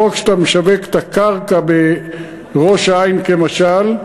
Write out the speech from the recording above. לא רק שאתה משווק את הקרקע בראש-העין, כמשל,